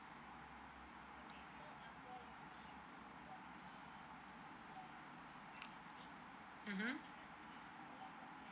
mmhmm